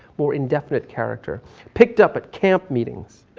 more indefinite character picked up at camp meetings.